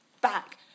back